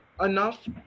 enough